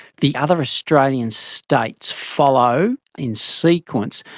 the other australian states follow in sequence.